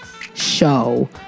show